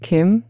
Kim